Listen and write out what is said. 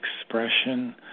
expression